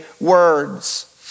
words